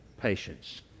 patience